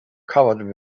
covered